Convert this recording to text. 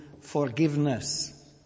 forgiveness